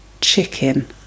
chicken